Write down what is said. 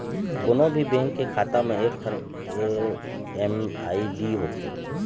कोनो भी बेंक के खाता म एकठन एम.एम.आई.डी होथे